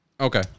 Okay